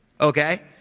Okay